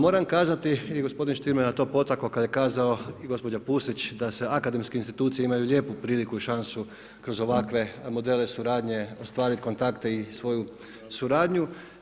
Moram kazati i gospodin Stier me na to potakao, kada je kazao i gospođa Pusić da se akademske institucije imaju lijepo priliku i šansu kroz ovakve modele, suradnje, ostvariti kontakte i svoju suradnju.